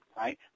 right